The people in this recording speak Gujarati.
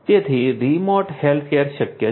તેથી રિમોટ હેલ્થકેર શક્ય છે